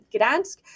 Gdansk